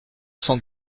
cent